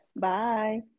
bye